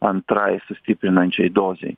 antrai sustiprinančiai dozei